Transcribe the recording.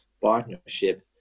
partnership